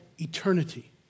eternity